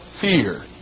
fear